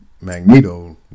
Magneto